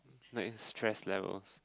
like stress level